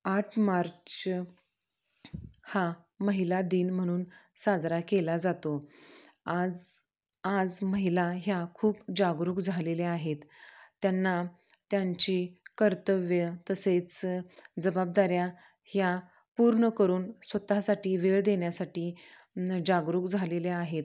आठ मार्च हा महिला दिन म्हनून साजरा केला जातो आज आज महिला ह्या खूप जागरूक झालेल्या आहेत त्यांना त्यांची कर्तव्यं तसेच जबाबदाऱ्या ह्या पूर्ण करून स्वत साठी वेळ देण्यासाठी जागरूक झालेल्या आहेत